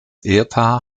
ehepaar